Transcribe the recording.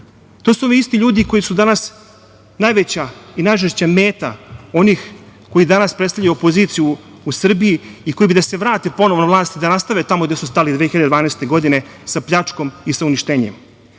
To su oni isti ljudi koji su danas najveća i najžešća meta onih koji danas predstavljaju opoziciju u Srbiji i koji bi da se vrate ponovo na vlast i da nastave tamo gde su stali 2012. godine, sa pljačkom i sa uništavanjem. Danas